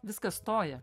viskas stoja